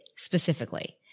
specifically